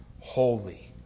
Holy